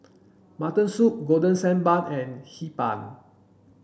mutton soup golden sand bun and Hee Pan